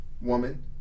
woman